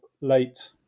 late